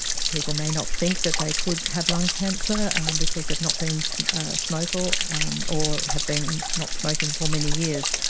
people may not think that they could have lung cancer because they've not been so smokers or have been not smoking for many years.